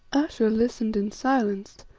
ayesha listened in silence,